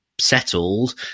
settled